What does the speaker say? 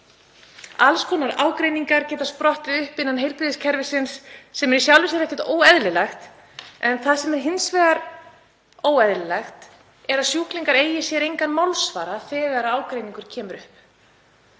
Alls konar ágreiningur getur sprottið upp innan heilbrigðiskerfisins sem er í sjálfu sér ekkert óeðlilegt. En það sem er hins vegar óeðlilegt er að sjúklingar eigi sér engan málsvara þegar ágreiningur kemur upp.